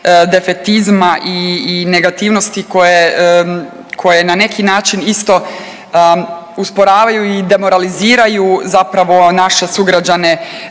defetizma i negativnosti koje na neki način isto usporavaju i demoraliziraju zapravo naše sugrađane